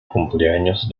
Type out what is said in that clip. cumpleaños